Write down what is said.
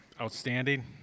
Outstanding